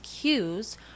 cues